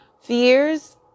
fears